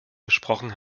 besprochen